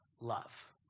love